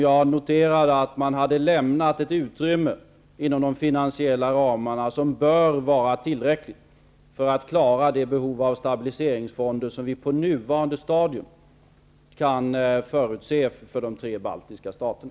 Jag noterade att man hade lämnat ett utrymme i de finansiella ramarna som bör vara tillräckligt för att klara det behov av stabiliseringsfonder som vi på nuvarande stadium kan förutse för de tre baltiska staterna.